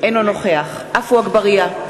אינו נוכח עפו אגבאריה,